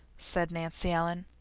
said nancy ellen,